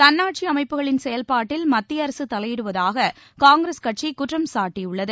தள்ளாட்சிஅமைப்புகளின் செயல்பாட்டில் மத்தியஅரசுதலையிடுவதாககாங்கிரஸ் கட்சிகுற்றம் சாட்டியுள்ளது